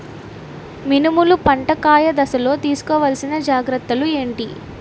మినుములు పంట కాయ దశలో తిస్కోవాలసిన జాగ్రత్తలు ఏంటి?